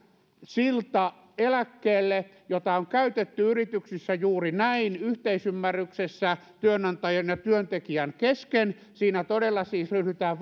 silta eläkkeelle jota on käytetty yrityksissä juuri näin yhteisymmärryksessä työnantajan ja työntekijän kesken siinä todella siis ryhdytään